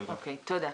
תודה.